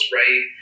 right